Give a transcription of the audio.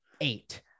eight